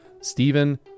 Stephen